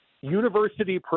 university